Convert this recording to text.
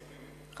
אנחנו מסכימים.